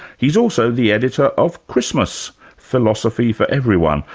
he's also the editor of christmas philosophy for everyone.